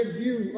view